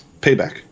Payback